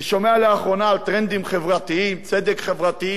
אני שומע לאחרונה על טרנדים חברתיים: צדק חברתי,